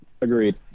Agreed